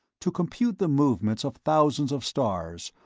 to compute the movements of thousands of stars,